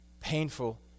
painful